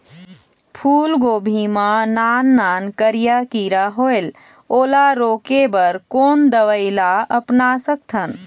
फूलगोभी मा नान नान करिया किरा होयेल ओला रोके बर कोन दवई ला अपना सकथन?